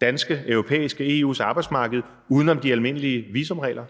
danske, europæiske, EU's arbejdsmarked uden om de almindelige visumregler?